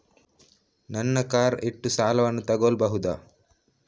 ನನ್ನ ಕಾರ್ ಇಟ್ಟು ಸಾಲವನ್ನು ತಗೋಳ್ಬಹುದಾ?